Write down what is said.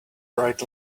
right